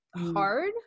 hard